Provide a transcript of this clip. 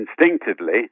instinctively